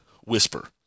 whisper